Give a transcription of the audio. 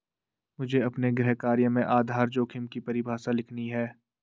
मुझे अपने गृह कार्य में आधार जोखिम की परिभाषा लिखनी है